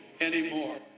anymore